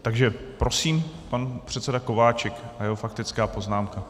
Takže prosím, pan předseda Kováčik a jeho faktická poznámka.